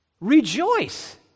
rejoice